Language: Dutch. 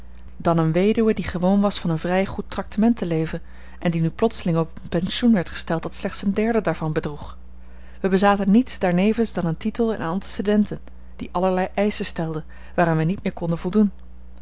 dan eene weduwe die gewoon was van een vrij goed tractement te leven en die nu plotseling op een pensioen werd gesteld dat slechts een derde daarvan bedroeg wij bezaten niets daarnevens dan een titel en antecedenten die allerlei eischen stelden waaraan wij niet meer konden voldoen